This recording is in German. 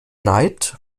neid